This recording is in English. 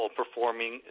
performing